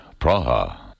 Praha